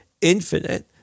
infinite